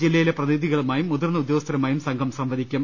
ജില്ലയിലെ ജനപ്രതിനിധി കളുമായും മുതിർന്ന ഉദ്യോഗസ്ഥരുമാരും സംഘം സംവദിക്കും